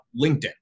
LinkedIn